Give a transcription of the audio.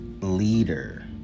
leader